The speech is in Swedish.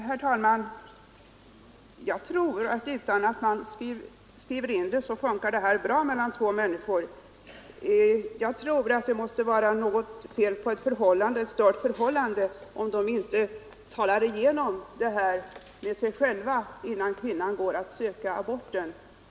Herr talman! Jag tror att det här fungerar bra mellan två människor utan att man skriver in det i lagen. Förhållandet dem emellan måste vara stört om de inte talar igenom den här saken tillsammans innan kvinnan går att söka aborten.